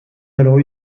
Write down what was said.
alors